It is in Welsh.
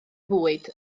bwyd